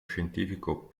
scientifico